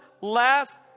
last